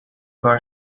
کار